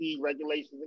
regulations